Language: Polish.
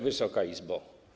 Wysoka Izbo!